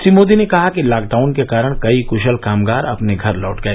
श्री मोदी ने कहा कि लॉकडाउन के कारण कई क्शल कामगार अपने घर लौट गए